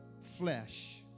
flesh